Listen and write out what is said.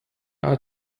are